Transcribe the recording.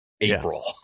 April